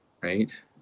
right